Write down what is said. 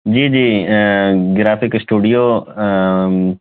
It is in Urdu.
جی جی گرافک اسٹوڈیو